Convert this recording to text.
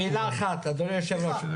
מילה אחת, אדוני היושב-ראש.